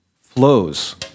flows